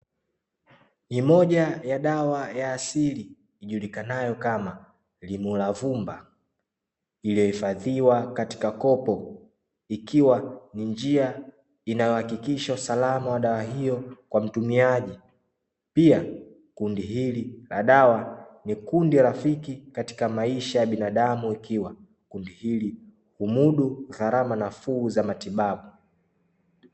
Ni moja ya dawa ya asili ijulikanayao kama (IMULAVUMBA) iliyoifadhiwa katika kopo ikiwa ni njia inayohakikisha usalama wa dawa hiyo kwa mtumiaji; pia kundi hili la dawa ni kundi rafiki katika maisha ya binadamu, ikiwa kundi hili humudu gharama nafuu za matibabu.